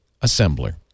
Assembler